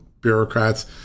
bureaucrats